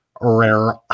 rare